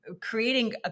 creating